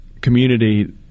community